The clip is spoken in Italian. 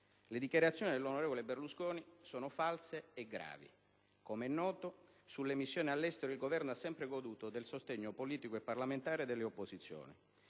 Le dichiarazioni dell'onorevole Berlusconi sono false e gravi. Com'è noto, sulle missioni all'estero il Governo ha sempre goduto del sostegno politico e parlamentare delle opposizioni.